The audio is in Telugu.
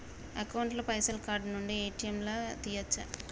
అకౌంట్ ల పైసల్ కార్డ్ నుండి ఏ.టి.ఎమ్ లా తియ్యచ్చా?